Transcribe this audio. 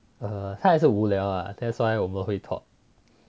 err 他也是无聊 ah that's why 我们会 talk